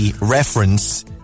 reference